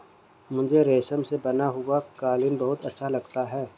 मुझे रेशम से बना हुआ कालीन बहुत अच्छा लगता है